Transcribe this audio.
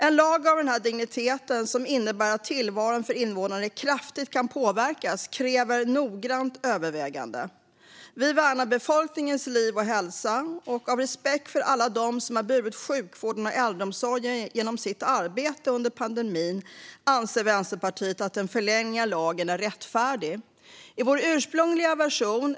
En lag av denna dignitet, som innebär att tillvaron för invånarna kraftigt kan påverkas, kräver noggrant övervägande. Vi värnar befolkningens liv och hälsa, och av respekt för alla dem som har burit sjukvården och äldreomsorgen genom sitt arbete under pandemin anser Vänsterpartiet att en förlängning av lagen är rättfärdig. Fru talman!